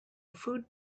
food